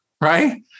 right